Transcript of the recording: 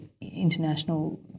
international